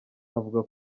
avuga